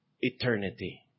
eternity